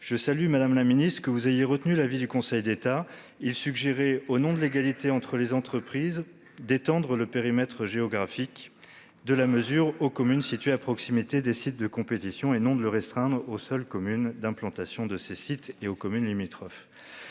je salue, madame la ministre, le fait que vous ayez suivi l'avis du Conseil d'État. En effet, celui-ci suggérait, au nom de l'égalité entre les entreprises, d'étendre le périmètre géographique de la mesure aux communes situées à proximité des sites de compétition et non de le restreindre aux seules communes d'implantation de ces sites et aux communes limitrophes.